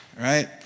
right